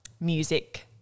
music